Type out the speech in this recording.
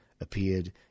appeared